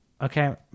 okay